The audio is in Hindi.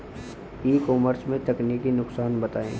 ई कॉमर्स के तकनीकी नुकसान बताएं?